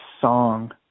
song